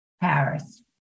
Paris